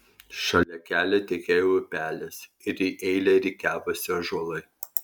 šalia kelio tekėjo upelis ir į eilę rikiavosi ąžuolai